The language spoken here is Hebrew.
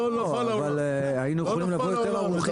לא, לא, אבל היינו יכולים לבוא יותר ערוכים.